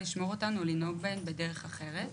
לשמור אותן או לנהוג בהן בדרך אחרת,